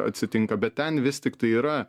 atsitinka bet ten vis tiktai yra